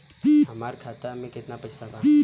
हमार खाता मे केतना पैसा बा?